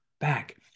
back